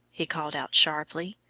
he called out sharply,